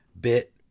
bit